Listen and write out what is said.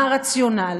מה הרציונל?